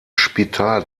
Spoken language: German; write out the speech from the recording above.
spital